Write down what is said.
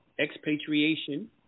Expatriation